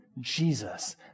Jesus